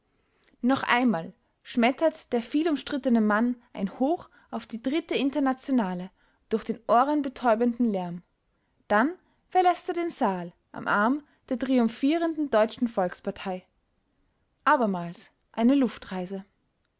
noch einmal schmettert der vielumstrittene mann ein hoch auf die dritte internationale durch den ohrenbetäubenden lärm dann verläßt er den saal am arm der triumphierenden deutschen volkspartei abermals eine